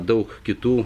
daug kitų